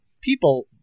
people